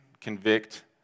convict